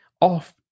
off